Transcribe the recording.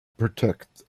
protect